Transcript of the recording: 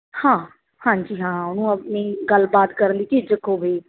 ਹਾਂ ਹਾਂਜੀ ਹਾਂ ਉਹਨੂੰ ਆਪਣੀ ਗੱਲਬਾਤ ਕਰਨ ਲਈ ਝਿਜਕ ਹੋਵੇ